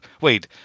wait